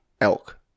Elk